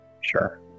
Sure